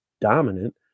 dominant